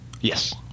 Yes